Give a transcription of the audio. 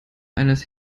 eines